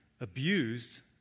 abused